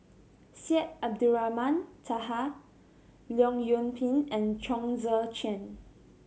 Syed Abdulrahman Taha Leong Yoon Pin and Chong Tze Chien